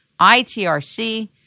ITRC